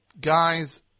guys